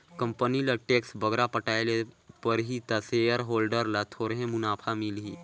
company ल tax बगरा पटाए ले परही ता सेयर होल्डर ल थोरहें मुनाफा मिलही